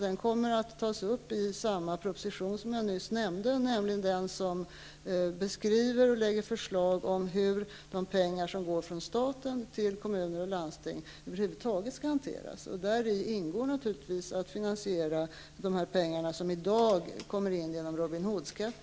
Den kommer att tas upp i samma proposition som jag nyss nämnde, nämligen den som beskriver och lägger fram förslag om hur de pengar som går från staten till kommuner och landsting över huvud taget skall hanteras. Däri ingår naturligtvis att finansiera de pengar som i dag kommer in genom Robin Hood-skatten.